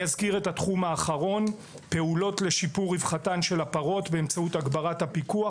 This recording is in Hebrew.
התחום האחרון הוא פעולות לשיפור רווחתן של הפרות באמצעות הגברת הפיקוח.